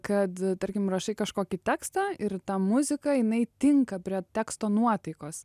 kad tarkim rašai kažkokį tekstą ir ta muzika jinai tinka prie teksto nuotaikos